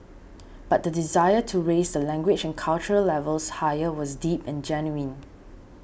but the desire to raise the language and cultural levels higher was deep and genuine